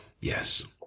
yes